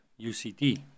UCT